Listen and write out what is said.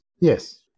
Yes